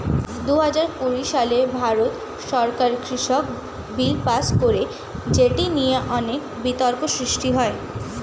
দুহাজার কুড়ি সালে ভারত সরকার কৃষক বিল পাস করে যেটা নিয়ে অনেক বিতর্ক সৃষ্টি হয়